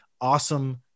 awesome